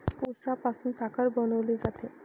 उसापासून साखर बनवली जाते